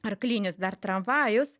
arklinis dar tramvajus